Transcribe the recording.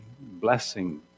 blessing